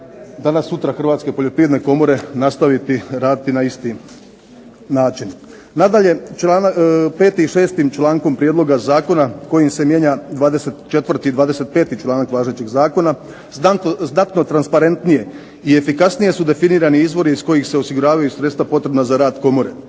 danas sutra Hrvatske komore nastaviti raditi na isti način. Nadalje, 5. i 6. člankom zakona kojim se mijenja 25. i 24. članak važećeg Zakona znatno transparentnije i efikasnije su definirani izvori iz kojih se osiguravaju sredstva za rad komore.